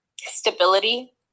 stability